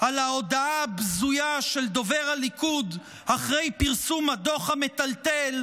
על ההודעה הבזויה של דובר הליכוד אחרי פרסום הדוח המטלטל.